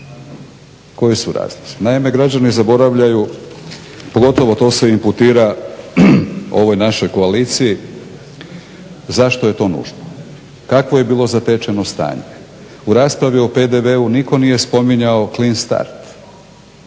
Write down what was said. koji su razlozi,